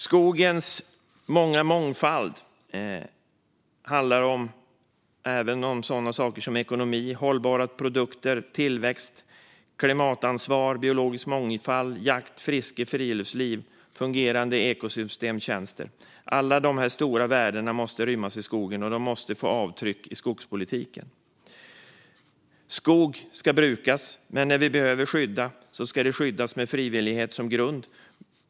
Skogens många typer av mångfald handlar även om sådana saker som ekonomi, hållbara produkter, tillväxt, klimatansvar, biologisk mångfald, jakt, fiske, friluftsliv och fungerande ekosystemtjänster. Alla de här stora värdena måste rymmas i skogen och måste få göra avtryck i skogspolitiken. Skog ska brukas, men när vi behöver skydda ska det skyddas med frivillighet som grund.